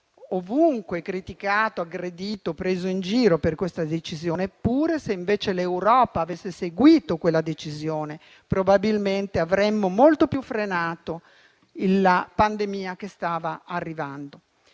ovunque criticato, aggredito, preso in giro per questa decisione. Eppure, se l'Europa avesse seguito quella decisione, probabilmente avremmo frenato molto di più la pandemia che stava arrivando.